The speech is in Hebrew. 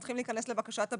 הם צריכים להיכנס לבקשת הביצוע,